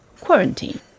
quarantine